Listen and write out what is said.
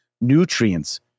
nutrients